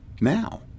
now